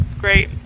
Great